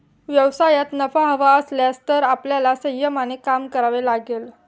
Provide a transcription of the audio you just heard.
व्यवसायात नफा हवा असेल तर आपल्याला संयमाने काम करावे लागेल